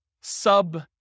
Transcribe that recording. sub